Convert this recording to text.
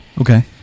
okay